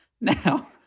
Now